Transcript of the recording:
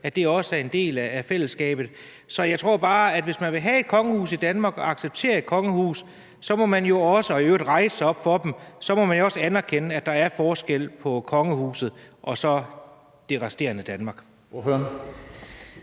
også er en del af fællesskabet. Så jeg tror bare, at hvis man vil have et kongehus i Danmark og acceptere et kongehus og i øvrigt også rejse sig op for dem, må man jo også anerkende, at der er forskel på kongehuset og så det resterende Danmark.